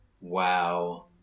Wow